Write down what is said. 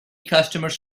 customers